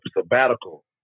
sabbatical